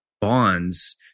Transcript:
bonds